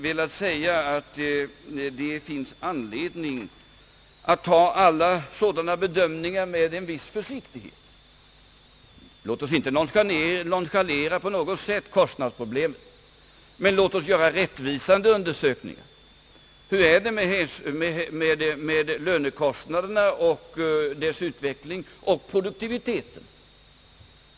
Det finns anledning, vill jag säga, att taga alla sådana bedömningar med en viss försiktighet. Låt oss inte på något sätt nonchalera kostnadsproblemet! Men låt oss göra rättvisande undersökningar. Hur är det med lönekostnaderna och deras utveckling och produktiviteten?